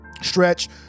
stretch